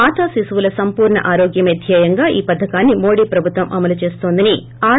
మాతా శిశువుల సంపూర్త ఆరోగ్యమే ధ్యేయంగా ఈ పధకాన్ని మోడీ ప్రభుత్వం అమలు చేస్తోందని ఆర్